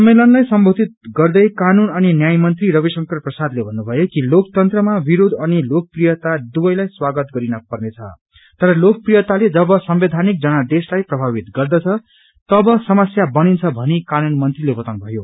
सम्मेलनलाई सम्बोधित गर्दै कानून अनि न्याय मंत्री रविशंकर प्रसादले भन्नुभयो कि लोकतंत्रमा विरोध अनि लोकप्रियता दुवैलाई स्वागत गरिन पर्नेछ तर लोकप्रियताले जब संवैधानिक जनादेशलाई प्रभावित गर्दछ तब समस्या बनिन्द भनी कानून मंत्रीले बताउनु भयो